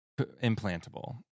implantable